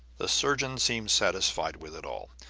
the surgeon seemed satisfied with it all,